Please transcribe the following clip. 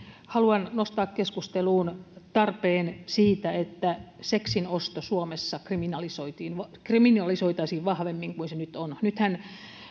haluan nostaa keskusteluun tarpeen siitä että seksin osto suomessa kriminalisoitaisiin vahvemmin kuin nyt nythän